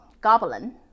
Goblin